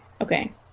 Okay